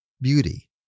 Beauty